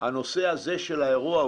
הנושא הזה של האירוע,